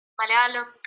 Malayalam